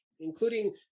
including